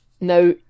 now